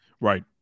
Right